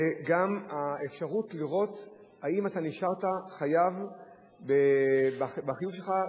זה גם האפשרות לראות אם אתה נשארת חייב בחיוב שלך,